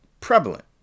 Prevalent